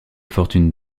fortune